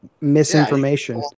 misinformation